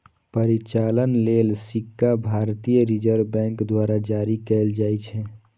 परिचालन लेल सिक्का भारतीय रिजर्व बैंक द्वारा जारी कैल जाइ छै